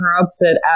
corrupted